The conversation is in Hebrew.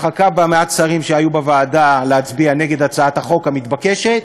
ודחקה במעט השרים שהיו בוועדה להצביע נגד הצעת החוק המתבקשת.